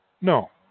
No